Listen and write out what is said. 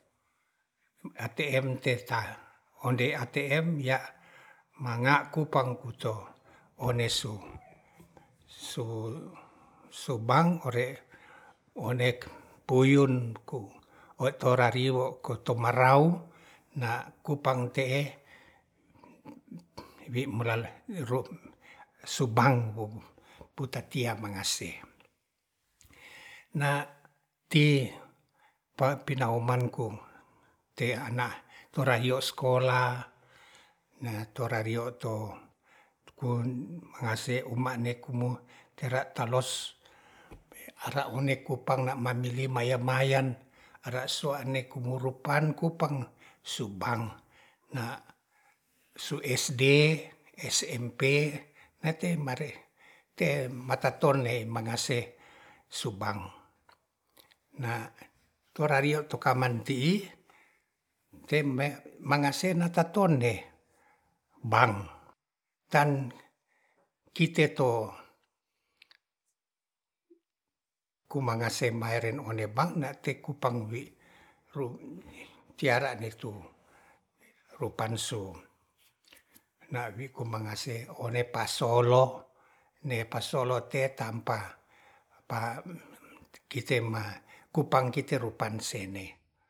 Atm te ta ondei atm ya mangakupang kuto ore su-su-su bank ore puyunku otorariwo kuto maraung na kupang te'e wi meral ro subank wo putatia mangase na ti papinaoman ku tea na torario sekolah na torario to un amase umane kumo tera taros ara une kupang mambili na maya-mayan ara suane kumuruk kupan kupang su bang na su sd smp nate mare te matatonle mangase subang na torario to kaman ti'i temme mangase ta tonde bank tan kite to kumangase maeren unde bank na te kupang wi ru tiara de tu rupan su nawiku mangase ore pasolo ne pasolo ne tampa pa kite ma kupang kite rupan sene